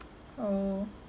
oh